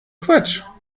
quatsch